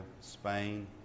Spain